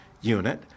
unit